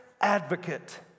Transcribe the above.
advocate